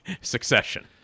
succession